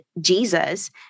Jesus